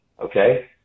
okay